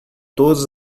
todas